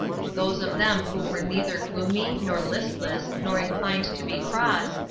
those of them who were neither gloomy, nor listless, nor inclined to be cross,